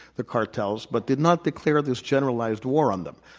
the cartels, but did not declare this generalized war on them.